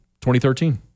2013